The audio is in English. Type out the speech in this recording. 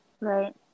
Right